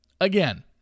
again